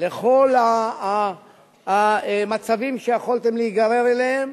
לכל המצבים שיכולתם להיגרר אליהם,